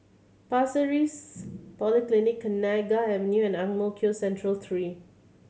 Pasir Ris Polyclinic Kenanga Avenue and Ang Mo Kio Central Three